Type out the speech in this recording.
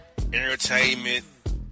Entertainment